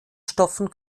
stoffen